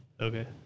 Okay